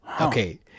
okay